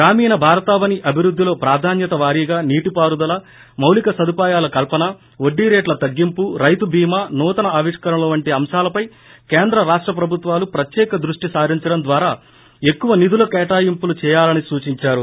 గ్రామీణ భారతావని అభివృద్దిలో ప్రాధాన్యత వారీగా నీటిపారుదల మౌలిక సదుపాయాల కల్సన వడ్డీ రేట్ల తగ్గింపు రైతుబీమా నూతన ఆవిష్కరణలు వంటి అంశాలపై కేంద్ర రాష్ట ప్రభుత్వాలు ప్రత్యేక దృష్టి సారించడం ద్వారా ఎక్కువ నిధుల కేటాయింపులు చేయాలని సూచిందారు